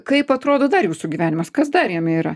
kaip atrodo dar jūsų gyvenimas kas dar jame yra